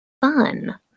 fun